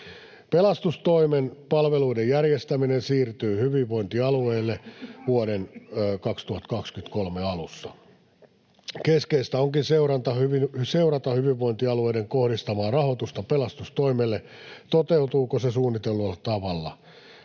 Pelastustoimen palveluiden järjestäminen siirtyy hyvinvointialueille vuoden 2023 alussa. Keskeistä onkin seurata hyvinvointialueiden kohdistamaa rahoitusta pelastustoimelle, toteutuuko se suunnitellulla tavalla.